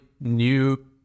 new